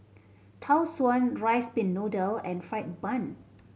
Tau Suan rice pin noodle and fried bun